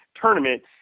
tournament